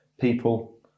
people